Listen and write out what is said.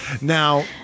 Now